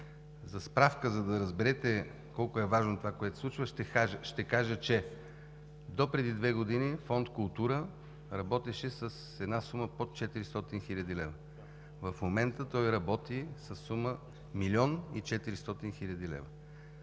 За справка, за да разберете колко е важно това, което се случва, ще кажа, че допреди две години Фонд „Култура“ работеше с една сума под 400 хил. лв. В момента той работи със сума 1 млн. 400 хил.